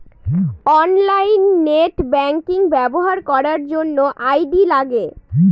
online net banking ব্যবহার করার জন্য আই.ডি লাগে